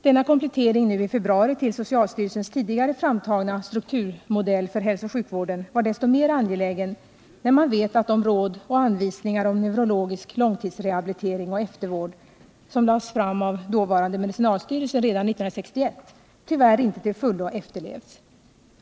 Denna komplettering i februari till socialstyrelsens tidigare framtagna strukturmodell för hälsooch sjukvården var desto mer angelägen, när man vet att de råd och anvisningar om neurologisk långtidsrehabilitering och eftervård som lades fram av dåvarande medicinalstyrelsen redan 1961 tyvärr inte till fullo efterlevts.